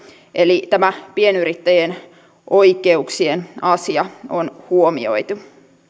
eli tämä pienyrittäjien oikeuksien asia on huomioitu